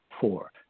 Four